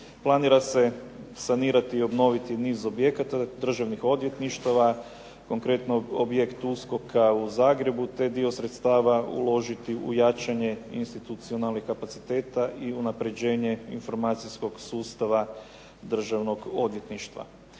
Planira se sanirati i obnoviti niz objekata državnih odvjetništava, konkretno objekt USKOK-a u Zagrebu te dio sredstava uložiti u jačanje institucionalnih kapaciteta i unapređenje informacijskog sustava državnog odvjetništva.